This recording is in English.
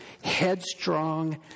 headstrong